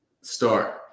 start